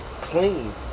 clean